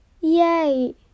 Yay